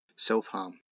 self-harm